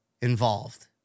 involved